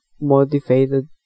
motivated